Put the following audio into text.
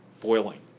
Boiling